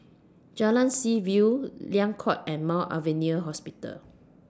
Jalan Seaview Liang Court and Mount Alvernia Hospital